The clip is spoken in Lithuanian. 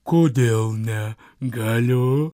kodėl ne galiu